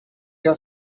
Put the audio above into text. your